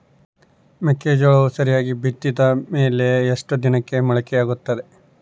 ಮೆಕ್ಕೆಜೋಳವು ಸರಿಯಾಗಿ ಬಿತ್ತಿದ ಮೇಲೆ ಎಷ್ಟು ದಿನಕ್ಕೆ ಮೊಳಕೆಯಾಗುತ್ತೆ?